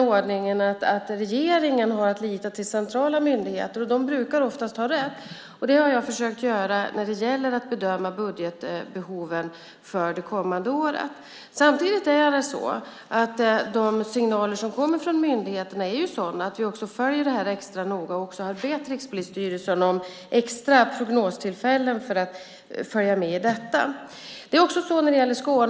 Ordningen är den att regeringen har att lita till centrala myndigheter, och de brukar oftast ha rätt. Det har jag försökt göra när det gäller att bedöma budgetbehoven för det kommande året. De signaler som kommer från myndigheterna är sådana att vi också följer det extra noga. Vi har också bett Rikspolisstyrelsen om extra prognostillfällen för att följa med i detta.